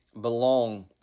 belong